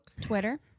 Twitter